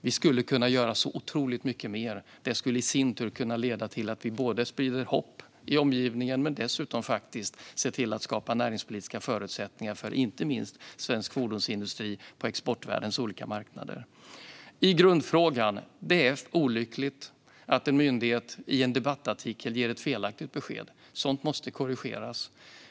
Vi skulle kunna göra så otroligt mycket mer, vilket skulle kunna sprida hopp i omgivningen och skapa näringspolitiska förutsättningar för inte minst svensk fordonsindustri på exportvärldens olika marknader. Vad gäller grundfrågan är det olyckligt att en myndighet ger ett felaktigt besked i en debattartikel. Sådant måste korrigeras.